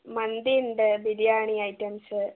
മന്തി ഉണ്ട് ബിരിയാണി ഐറ്റംസ്